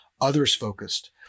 others-focused